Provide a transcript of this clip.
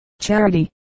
charity